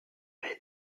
baie